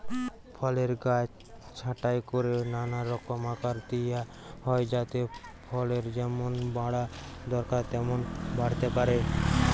ফলের গাছ ছাঁটাই কোরে নানা রকম আকার দিয়া হয় যাতে ফলের যেমন বাড়া দরকার তেমন বাড়তে পারে